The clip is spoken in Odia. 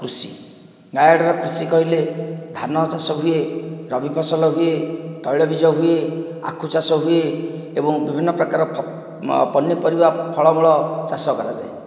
କୃଷି ନୟାଗଡ଼ର କୃଷି କହିଲେ ଧାନ ଚାଷ ହୁଏ ରବି ଫସଲ ହୁଏ ତୈଳବୀଜ ହୁଏ ଆଖୁ ଚାଷ ହୁଏ ଏବଂ ବିଭିନ୍ନ ପ୍ରକାର ପନିପରିବା ଫଳମୂଳ ଚାଷ କରାଯାଏ